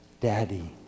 Daddy